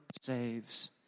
saves